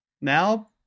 now